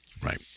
Right